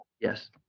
Yes